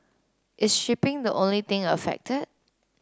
is shipping the only thing affected